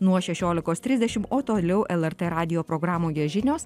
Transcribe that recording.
nuo šešiolikos trisdešimt o toliau lrt radijo programoje žinios